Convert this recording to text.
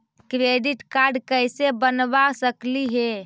Credit card कैसे बनबा सकली हे?